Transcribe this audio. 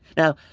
now,